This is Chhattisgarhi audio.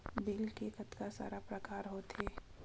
बिल के कतका सारा प्रकार होथे?